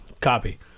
Copy